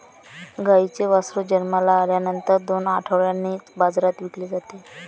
गाईचे वासरू जन्माला आल्यानंतर दोन आठवड्यांनीच बाजारात विकले जाते